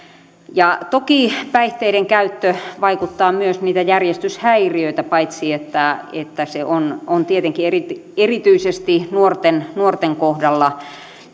ja toki päihteiden käyttö aiheuttaa myös niitä järjestyshäiriöitä paitsi että että se on on tietenkin erityisesti erityisesti nuorten nuorten kohdalla